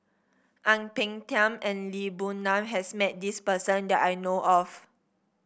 Ang Peng Tiam and Lee Boon Ngan has met this person that I know of